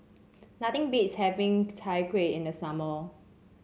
nothing beats having Chai Kuih in the summer